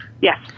Yes